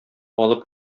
алып